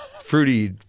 Fruity